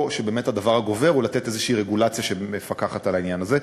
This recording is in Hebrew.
או שבאמת הדבר הגובר הוא לתת איזו רגולציה שמפקחת על העניין הזה.